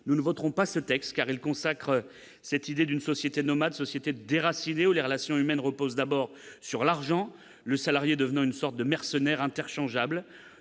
nous ne voterons pas ce texte, parce qu'il consacre l'idée d'une société nomade, d'une société de déracinés où les relations humaines reposent d'abord sur l'argent, les salariés devenant des mercenaires interchangeables.